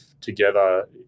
together